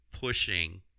pushing